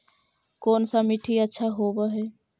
कोन सा मिट्टी अच्छा होबहय?